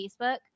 facebook